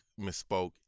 Misspoke